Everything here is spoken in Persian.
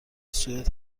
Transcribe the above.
سوئد